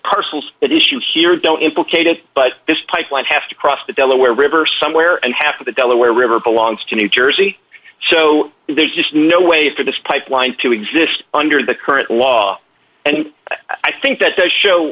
parcels that issue here don't implicate it but this pipeline has to cross the delaware river somewhere and half of the delaware river belongs to new jersey so there's just no way for this pipeline to exist under the current law and i think that does show